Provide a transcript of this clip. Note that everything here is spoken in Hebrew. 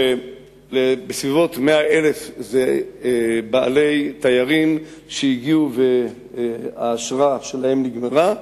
בסביבות 100,000 זה תיירים שהגיעו והאשרה שלהם נגמרה,